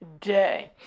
Day